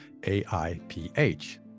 AIPH